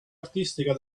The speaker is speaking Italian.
artistica